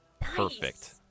Perfect